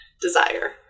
desire